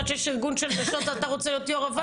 עד שיש ארגון של נשות אתה רוצה להיות יו"ר הוועד?